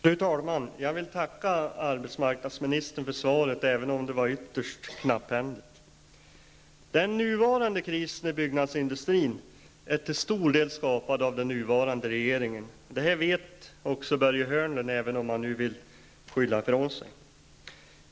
Fru talman! Jag vill tacka arbetsmarknadsministern för svaret, även om det var ytterst knapphändigt. Den nuvarande krisen i byggnadsindustrin är till stor del skapad av den nuvarande regeringen. Det vet också Börje Hörnlund, även om han nu vill skylla ifrån sig.